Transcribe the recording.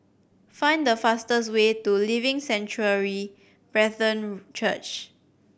find the fastest way to Living Sanctuary Brethren Church